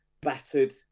battered